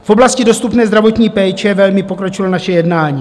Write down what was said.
V oblasti dostupné zdravotní péče velmi pokročilo naše jednání.